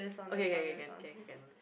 okay okay can can can